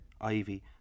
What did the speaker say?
Ivy